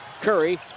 Curry